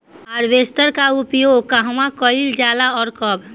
Harvester का उपयोग कहवा कइल जाला और कब?